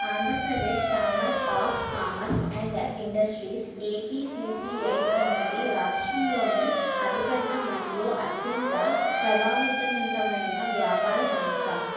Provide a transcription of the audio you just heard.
Andhra Pradesh chamber of commerce and industries APCCI అనేది రాష్ట్రంలోని అతి పెద్ద మరియు అత్యంత ప్రభావంతమైన వ్యాపార సంస్థ